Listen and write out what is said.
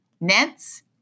Nets